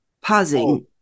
pausing